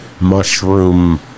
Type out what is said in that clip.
mushroom